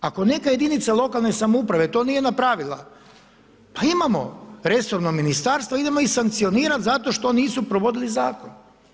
Ako neka jedinica lokalne samouprave to nije napravila, pa imamo resorno ministarstvo, idemo ih sankcionirati zato što nisu provodili zakon.